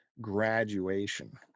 graduation